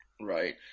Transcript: Right